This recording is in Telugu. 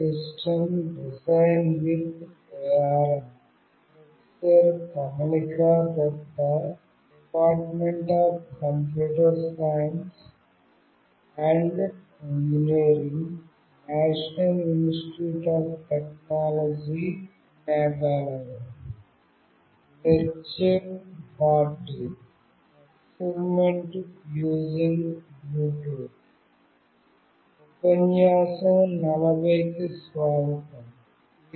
ఉపన్యాసం 40 కు స్వాగతం